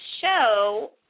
show